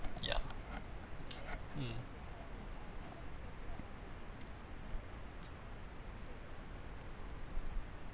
ya mm